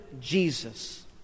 Jesus